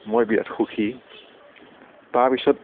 মই বিৰাট সুখী তাৰ পিছত